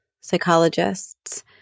psychologists